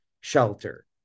shelter